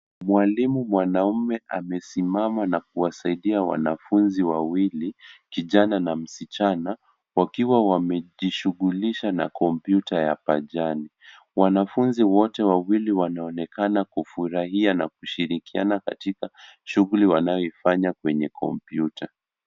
Mwalimu mwanaume amesimama na kuwasaidia wanafunzi wawili, kijana na msichana, wakiwa wamejishughulisha na kompyuta ya pajani. Wanafunzi wite wawili wanaonekana kufurahia na kushirikiana katika shughuli wanayoifanya kwenye kompyuta.